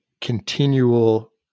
continual